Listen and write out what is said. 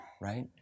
right